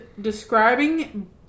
describing